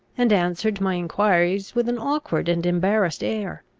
and answered my enquiries with an awkward and embarrassed air.